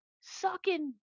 Sucking